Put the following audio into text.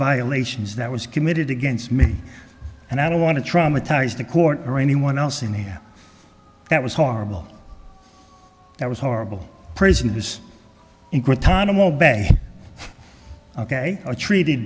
violations that was committed against me and i don't want to traumatize the court or anyone else in here that was horrible that was horrible prison this time obey ok are treated